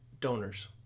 donors